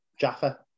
Jaffa